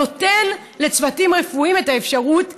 נותן לצוותים הרפואיים את האפשרות להגיד: